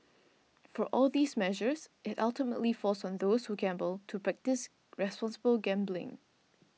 for all these measures it ultimately falls on those who gamble to practise responsible gambling